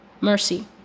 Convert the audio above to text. mercy